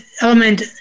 element